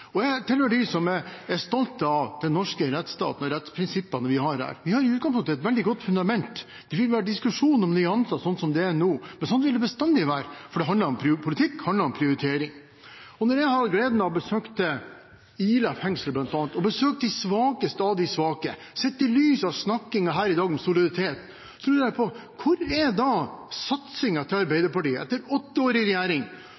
Jeg tilhører dem som er stolte av den norske rettstaten og rettsprinsippene vi har her. Vi har i utgangspunktet et veldig godt fundament. Det vil være diskusjoner om nyanser, slik det er nå, men sånn vil det bestandig være, for politikk handler om prioritering. Når jeg har hatt gleden av å besøke bl.a. Ila fengsel, har jeg besøkt de svakeste av de svake. Sett i lys av snakket her i dag om solidaritet lurer jeg på: Hvor er satsingen til Arbeiderpartiet? Etter åtte år i regjering